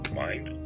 mind